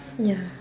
ya